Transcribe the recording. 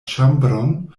ĉambron